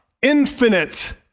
infinite